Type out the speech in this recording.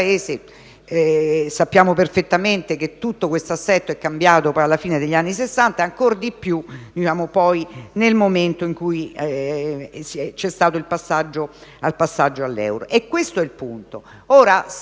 la storia del nostro Paese, questo aspetto è cambiato alla fine degli anni Sessanta e ancor di più nel momento in cui c'è stato il passaggio all'euro. Questo è il punto.